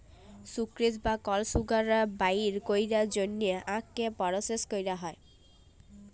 sucrose বা কল sugar বাইর ক্যরার জ্যনহে আখকে পরসেস ক্যরা হ্যয়